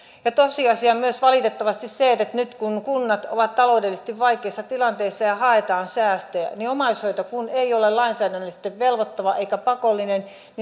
tosiasia on myös valitettavasti se että nyt kun kunnat ovat taloudellisesti vaikeassa tilanteessa ja haetaan säästöjä niin omaishoito kun ei ole lainsäädännöllisesti velvoittava eikä pakollinen